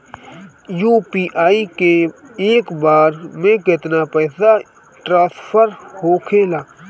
UPI से एक बार मे केतना पैसा ट्रस्फर होखे ला?